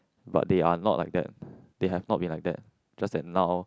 but they are not like that they have not be like that just that now